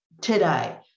today